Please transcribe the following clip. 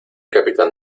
capitán